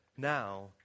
Now